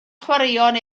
chwaraeon